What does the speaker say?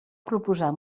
proposar